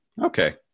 okay